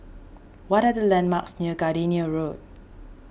what are the landmarks near Gardenia Road